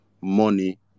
money